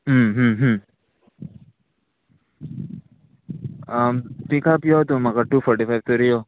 pickup यो तूं म्हाका टू फोटी फायव तरी यो